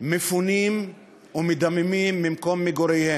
מפונים ומדממים ממקום מגוריהם,